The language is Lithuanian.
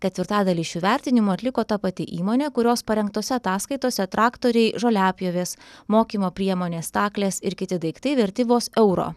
ketvirtadalį šių vertinimų atliko ta pati įmonė kurios parengtose ataskaitose traktoriai žoliapjovės mokymo priemonės staklės ir kiti daiktai verti vos euro